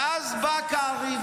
ואז בא קרעי,